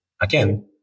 Again